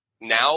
now